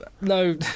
No